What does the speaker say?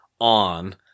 on